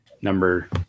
number